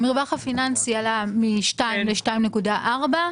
המרווח הפיננסי עלה מ-2% ל-2.4%.